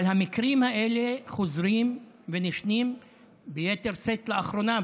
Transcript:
אבל המקרים האלה חוזרים ונשנים ביתר שאת לאחרונה,